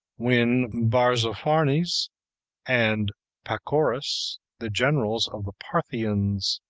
when barzapharnes and pacorus, the generals of the parthians,